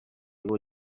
kamwe